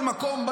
זה לא פה,